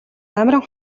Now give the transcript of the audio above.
дамиран